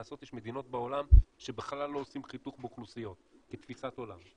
יש מדינות בעולם שבכלל לא עושים חיתוך באוכלוסיות כתפיסת עולם.